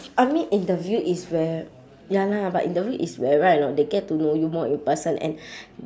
I mean interview is where ya lah but interview is where right or not they get to know you more in person and